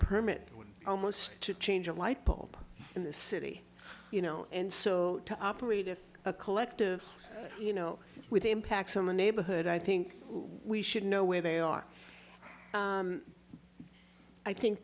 permit almost to change a lightbulb in this city you know and so to operate as a collective you know with the impacts on the neighborhood i think we should know where they are i think